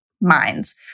minds